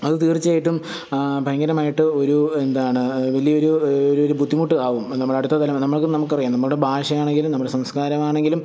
അത് തീർച്ചയായിട്ടും ഭയങ്കരമായിട്ട് ഒരു എന്താണ് വലിയ ഒരു ഒരു ഒരു ബുദ്ധിമുട്ട് ആവുന്നു നമ്മുടെ അടുത്ത് നമ്മൾക്കും നമുക്ക് അറിയാം അറിയാം നമ്മുടെ ഭാഷയാണെങ്കിലും നമ്മുടെ സംസ്കാരമാണെങ്കിലും